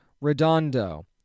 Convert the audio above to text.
Redondo